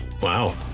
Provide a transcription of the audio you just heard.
Wow